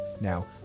Now